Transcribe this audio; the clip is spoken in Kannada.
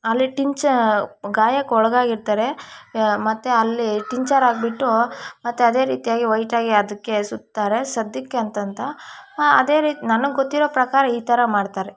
ಅಲ್ಲಿ ಟಿಂಚಾ ಗಾಯಕ್ಕೆ ಒಳಗಾಗಿ ಇರ್ತಾರೆ ಮತ್ತು ಅಲ್ಲಿ ಟಿಂಚರ್ ಹಾಕ್ಬಿಟ್ಟು ಮತ್ತು ಅದೇ ರೀತಿಯಾಗಿ ವೈಟಾಗಿ ಅದಕ್ಕೆ ಸುತ್ತಾರೆ ಸದ್ಯಕ್ಕೆ ಅಂತಂತ ಅದೇ ರೀತಿ ನನಗೆ ಗೊತ್ತಿರೋ ಪ್ರಕಾರ ಈ ಥರ ಮಾಡ್ತಾರೆ